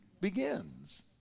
begins